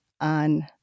on